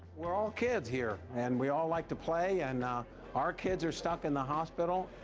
we're all kids here, and we all like to play, and our kids are stuck in the hospital,